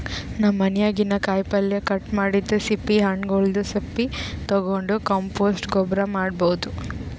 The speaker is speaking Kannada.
ನಮ್ ಮನ್ಯಾಗಿನ್ದ್ ಕಾಯಿಪಲ್ಯ ಕಟ್ ಮಾಡಿದ್ದ್ ಸಿಪ್ಪಿ ಹಣ್ಣ್ಗೊಲ್ದ್ ಸಪ್ಪಿ ತಗೊಂಡ್ ಕಾಂಪೋಸ್ಟ್ ಗೊಬ್ಬರ್ ಮಾಡ್ಭೌದು